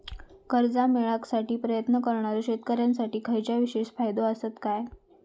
कर्जा मेळाकसाठी प्रयत्न करणारो शेतकऱ्यांसाठी खयच्या विशेष फायदो असात काय?